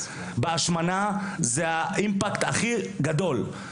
ההשמנה זה האימפקט הכי גדול.